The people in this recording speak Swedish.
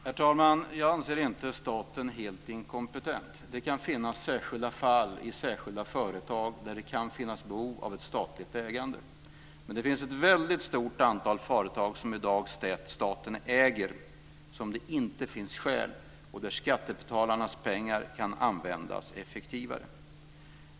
Herr talman! Jag anser inte att staten är helt inkompetent. Det kan finnas särskilda fall i särskilda företag där det kan finnas behov av ett statligt ägande. Men det finns ett väldigt stort antal företag som staten i dag äger där det inte finns något sådant skäl och där skattebetalarnas pengar kan användas effektivare.